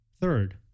Third